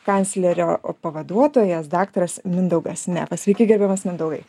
kanclerio pavaduotojas daktaras mindaugas nefas sveiki gerbiamas mindaugai